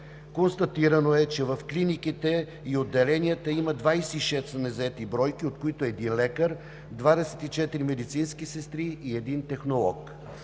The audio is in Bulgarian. Констатирано е, че в клиниките и отделенията има 26 незаети бройки, от които един лекар, 24 медицински сестри и един технолог.